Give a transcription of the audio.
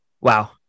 wow